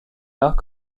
art